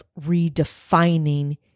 redefining